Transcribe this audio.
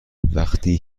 وقتی